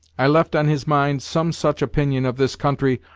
i left on his mind some such opinion of this country,